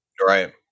right